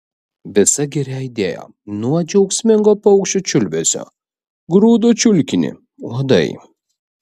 visa giria aidėjo nuo džiaugsmingo paukščių čiulbesio grūdo čiulkinį uodai